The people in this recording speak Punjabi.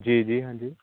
ਜੀ ਜੀ ਹਾਂਜੀ